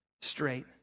straight